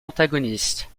antagonistes